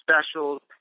specials